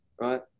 right